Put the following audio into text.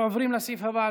17 חברי כנסת בעד.